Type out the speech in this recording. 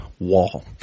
wall